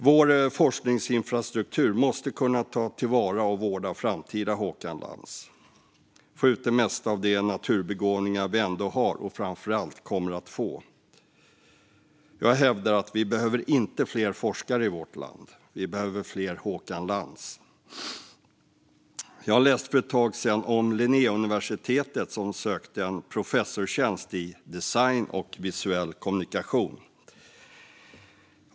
Vår forskningsinfrastruktur måste kunna ta till vara och vårda framtida Håkan Lans och få ut det mesta av de naturbegåvningar vi ändå har och framför allt kommer att få. Jag hävdar att vi inte behöver fler forskare i vårt land, men vi behöver fler Håkan Lans. Jag läste för ett tag sedan om Linnéuniversitetet som sökte en professorstjänst i design och visuell kommunikation.